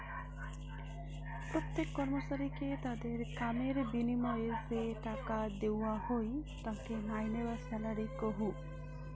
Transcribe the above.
প্রত্যেক কর্মচারীকে তাদের কামের বিনিময়ে যে টাকা দেওয়া হই তাকে মাইনে বা স্যালারি কহু